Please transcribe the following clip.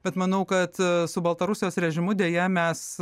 bet manau kad su baltarusijos režimu deja mes